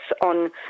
on